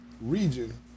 region